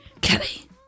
Kelly